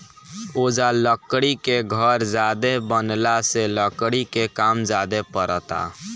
ओजा लकड़ी के घर ज्यादे बनला से लकड़ी के काम ज्यादे परता